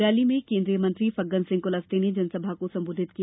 rally में केन्द्रीय मंत्री फग्गन सिंह कुलस्ते ने जनसभा को संबोधित किया